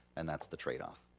and that's the trade off.